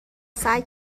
سعی